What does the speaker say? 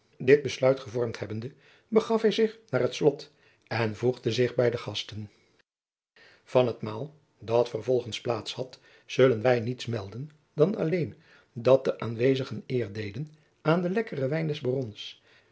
dit besluit gevormd hebbende begaf hij zich naar het slot en voegde zich bij de gasten van het maal dat vervolgens plaats had zullen wij niets melden dan alleen dat de aanwezigen eer deden aan den lekkeren wijn des barons